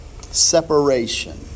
Separation